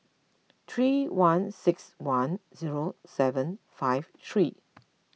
three one six one zero seven five three